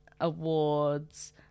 Awards